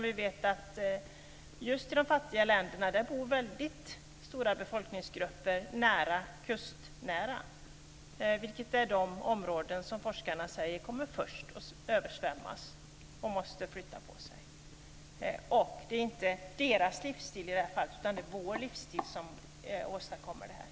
Vi vet att just i de fattiga länderna bor stora befolkningsgrupper i kustnära områden, vilka är de områden som forskarna säger kommer att översvämmas först. Det är inte deras livsstil utan vår livsstil som åstadkommer detta.